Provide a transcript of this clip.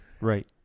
Right